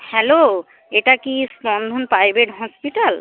hello এটা কি Spandan private hospital